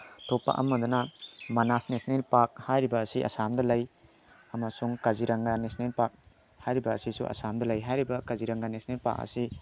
ꯑꯇꯣꯞꯄ ꯑꯃꯗꯅ ꯃꯅꯥꯁ ꯅꯦꯁꯅꯦꯜ ꯄꯥꯛ ꯍꯥꯏꯔꯤꯕ ꯑꯁꯤ ꯑꯁꯥꯝꯗ ꯂꯩ ꯑꯃꯁꯨꯡ ꯀꯥꯖꯤꯔꯪꯒ ꯅꯦꯁꯅꯦꯜ ꯄꯥꯛ ꯍꯥꯏꯔꯤꯕ ꯑꯁꯤꯁꯨ ꯑꯁꯥꯝꯗ ꯂꯩ ꯍꯥꯏꯔꯤꯕ ꯀꯥꯖꯤꯔꯪꯒ ꯅꯦꯁꯅꯦꯜ ꯄꯥꯛ ꯑꯁꯤ